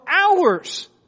hours